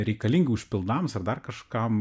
reikalingi užpildams ar dar kažkam